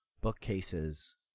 bookcases